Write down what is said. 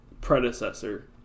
predecessor